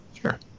Sure